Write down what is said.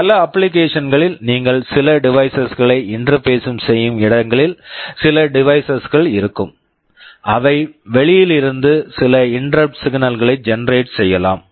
பல applications applications களில் நீங்கள் சில டிவைஸஸ் devices களை இன்டெர்பேஸிங் interfacing செய்யும் இடங்களில் சில டிவைஸஸ் devices கள் இருக்கும் அவை வெளியில் இருந்து சில இன்டெரப்ட் சிக்னல்ஸ் interrupt signals களை ஜெனெரேட் generate செய்யலாம்